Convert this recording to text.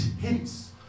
hints